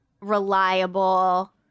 reliable